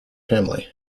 family